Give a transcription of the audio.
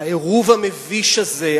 העירוב המביש הזה,